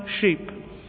sheep